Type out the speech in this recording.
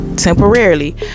temporarily